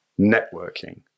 networking